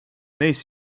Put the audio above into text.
neis